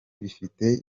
bifite